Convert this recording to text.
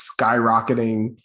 skyrocketing